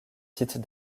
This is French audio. sites